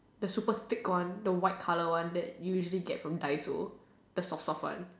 the super thick one the white colour one that usually get from dissolve the soft soft one